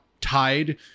tied